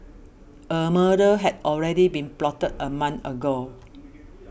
a murder had already been plotted a month ago